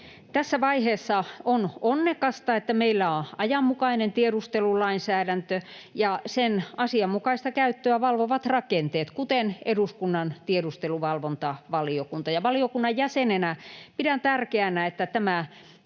Tässä vaiheessa on onnekasta, että meillä on ajanmukainen tiedustelulainsäädäntö ja sen asianmukaista käyttöä valvovat rakenteet, kuten eduskunnan tiedusteluvalvontavaliokunta. Valiokunnan jäsenenä pidän tärkeänä, että tämä